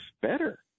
better